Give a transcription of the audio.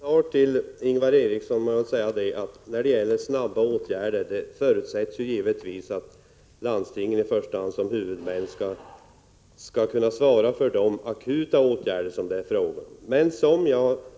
Herr talman! Som en kommentar till det som Ingvar Eriksson sade om snabba åtgärder vill jag säga att det givetvis är landstingen som huvudmän som i första hand skall svara för de akuta åtgärder som det är fråga om.